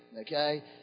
okay